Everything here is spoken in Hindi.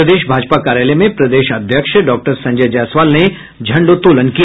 प्रदेश भाजपा कार्यालय में प्रदेश अध्यक्ष डॉक्टर संजय जायसवाल ने झंडोत्तोलन किया